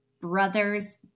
brother's